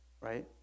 right